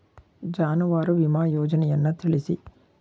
ಜಾನುವಾರು ವಿಮಾ ಯೋಜನೆಯನ್ನು ತಿಳಿಸಿ?